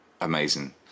amazing